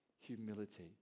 Humility